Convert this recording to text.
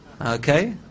Okay